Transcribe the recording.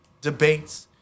debates